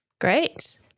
Great